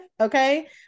okay